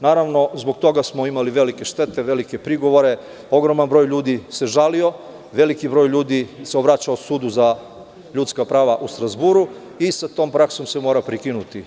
Naravno, zbog toga smo imali velike štete, prigovore, ogroman broj ljudi se žalio, a veliki broj ljudi se obraćao za ljudska prava u Strazburu i sa tim se mora prekinuti.